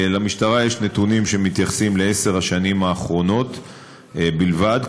למשטרה יש נתונים שמתייחסים לעשר השנים האחרונות בלבד,